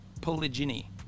polygyny